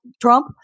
Trump